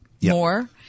more